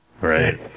right